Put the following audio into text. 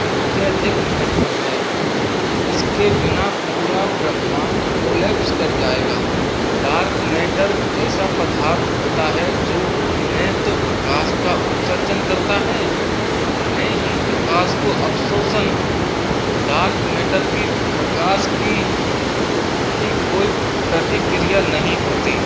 अत्यधिक महत्व है इसके बिना पूरा ब्रह्माण्ड कोलैप्स कर जाएगा डार्क मैटर ऐसा पदार्थ होता है जो नएत्व प्रकाश का उत्सर्जन करता है और नये ही प्रकाश को अवशोषण डार्क मैटर की प्रकाश की प्रति कोई प्रतिक्रिया नहीं होती